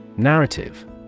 Narrative